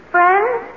Friends